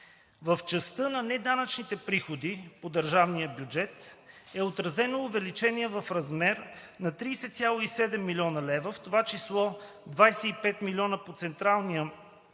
В частта на неданъчните приходи по държавния бюджет е отразено увеличение в размер на 30,7 млн. лв., в това число 25 милиона по централния